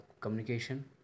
communication